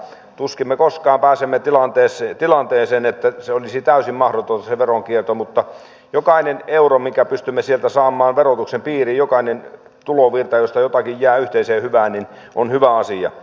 tuskin me koskaan pääsemme tilanteeseen että olisi täysin mahdotonta veronkierto mutta jokainen euro minkä pystymme sieltä saamaan verotuksen piiriin jokainen tulovirta josta jotakin jää yhteiseen hyvään on hyvä asia